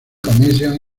commission